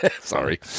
Sorry